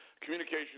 Communication